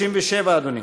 37, אדוני?